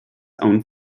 own